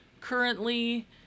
currently